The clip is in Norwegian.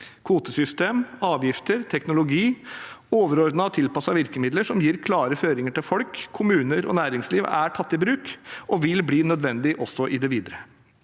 Kvotesystem, avgifter, teknologi – overordnede tilpassede virkemidler som gir klare føringer til folk, kommuner og næringsliv – er tatt i bruk og vil bli nødvendig også i det videre.